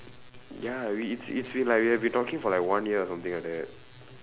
ya it's it's we like we have been talking for like one year or something like that